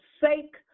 sake